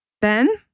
Ben